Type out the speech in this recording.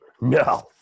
No